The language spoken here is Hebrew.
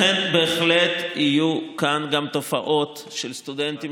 לכן בהחלט יהיו כאן תופעות של סטודנטים